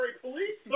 police